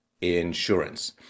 insurance